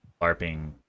LARPing